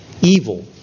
evil